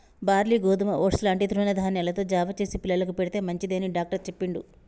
barley గోధుమ oats లాంటి తృణ ధాన్యాలతో జావ చేసి పిల్లలకు పెడితే మంచిది అని డాక్టర్ చెప్పిండు